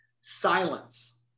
silence